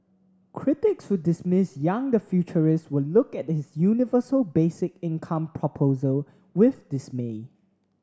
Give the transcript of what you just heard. critics who dismiss Yang the futurist will look at his universal basic income proposal with dismay